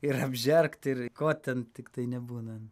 ir apžergt ir ko ten tiktai nebūnan